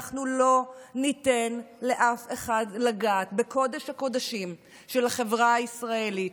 אנחנו לא ניתן לאף אחד לגעת בקודש-הקודשים של החברה הישראלית,